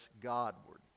Godward